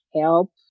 help